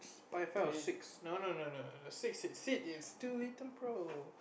five five or six no no no no the six seed seed is two eaten pro